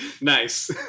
Nice